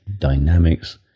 dynamics